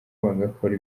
bagakora